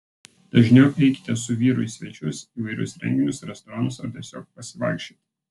dažniau eikite su vyru į svečius įvairius renginius restoranus ar tiesiog pasivaikščioti